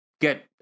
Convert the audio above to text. get